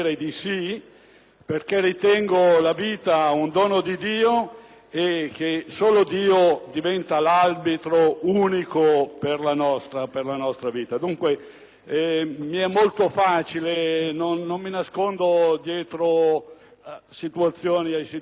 perché ritengo la vita un dono di Dio e che solo Dio è l'arbitro unico della nostra vita. Dunque, mi è molto facile, non mi nascondo dietro considerazioni ambigue.